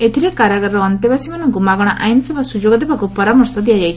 ଏଥିରେ କାରାଗାରର ଅନ୍ତେବାସୀମାନଙ୍କୁ ମାଗଶା ଆଇନସେବା ସ୍ରଯୋଗ ଦେବାକ୍ ପରାମର୍ଶ ଦିଆଯାଇଛି